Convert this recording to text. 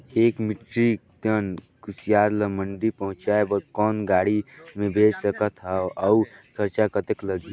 एक metric ton कुसियार ल मंडी पहुंचाय बर कौन गाड़ी मे भेज सकत हव अउ खरचा कतेक लगही?